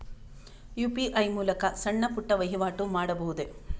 UPI ಮೂಲಕ ಸಣ್ಣ ಪುಟ್ಟ ವಹಿವಾಟು ಮಾಡಬಹುದೇ?